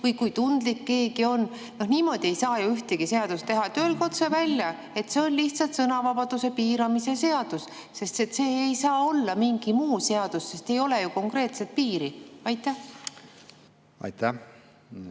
või kui tundlik keegi on. Niimoodi ei saa ühtegi seadust teha. Öelge otse välja, et see on lihtsalt sõnavabaduse piiramise seadus. See ei saa olla mingi muu seadus, sest ei ole ju konkreetset piiri. Ma tänan,